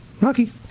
Rocky